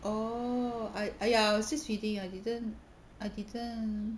oh ah !aiya! since reading I didn't I didn't